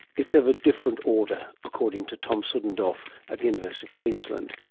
it's of a different order, according to thomas suddendorf at the university of queensland.